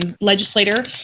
legislator